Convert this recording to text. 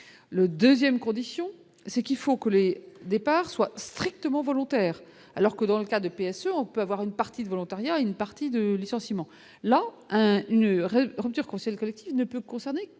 PS, le 2ème condition c'est qu'il faut que les départs soient strictement volontaire alors que dans le cas de PSE on peut avoir une partie de volontariat, une partie de licenciements, la une réelle rupture collectif ne peut concerner que des départs